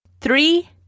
Three